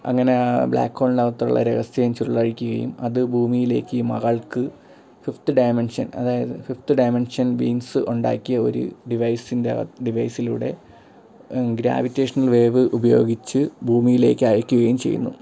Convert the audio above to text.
അങ്ങനെ ആ ബ്ലാക്ക് ഹോളിൻ്റെ അകത്തുള്ള രഹസ്യം ചുരുളഴിക്കുകയും അതു ഭൂമിയിലേക്കു മകൾക്ക് ഫിഫ്ത്ത് ഡയമെൻഷൻ അതായത് ഫിഫ്ത്ത് ഡയമെൻഷൻ ബീയിങ്ങ്സ് ഉണ്ടാക്കിയ ഒരു ഡിവൈസിൻ്റെ അക ഡിവൈസിലൂടെ ഗ്രാവിറ്റേഷനൽ വേവ് ഉപയോഗിച്ച് ഭൂമിയിലേക്ക് അയക്കുകയും ചെയ്യുന്നു